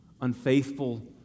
Unfaithful